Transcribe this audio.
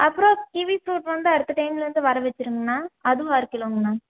அப்புறம் kiwi fruit வந்து அடுத்த டைம்லேருந்து வர வெச்சுடுங்ண்ணா அதுவும் ஆறு கிலோங்ண்ணா